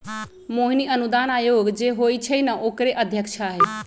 मोहिनी अनुदान आयोग जे होई छई न ओकरे अध्यक्षा हई